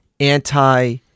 Anti